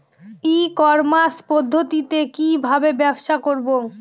ই commerce পদ্ধতিতে কি ভাবে ব্যবসা করব?